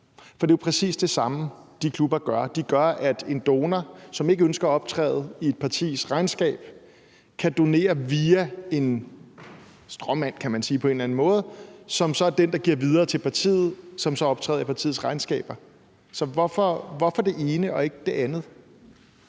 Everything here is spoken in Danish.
for det er jo præcis det samme, de klubber gør. De gør, at en donor, som ikke ønsker at optræde i et partis regnskab, på en eller anden måde kan donere via en stråmand, kan man sige, som er den, der giver det videre til partiet, og som så optræder i partiets regnskaber. Så hvorfor det ene og ikke det andet?